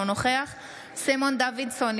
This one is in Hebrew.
אינו נוכח סימון דוידסון,